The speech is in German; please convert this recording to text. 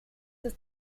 das